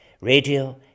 Radio